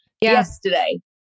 yesterday